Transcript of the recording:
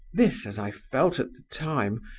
this, as i felt at the time,